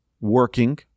working